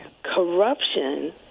corruption